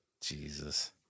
Jesus